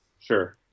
Sure